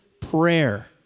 prayer